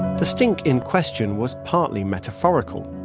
the stink in question was partly metaphorical.